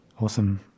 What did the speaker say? Awesome